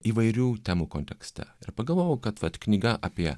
įvairių temų kontekste ir pagalvojau kad vat knyga apie